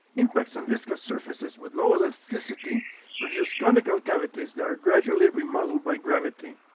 impacts on viscous surfaces with low elasticity produce conical cavities that are gradually remodeled by gravity.